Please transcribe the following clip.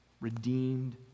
redeemed